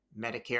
Medicare